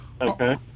Okay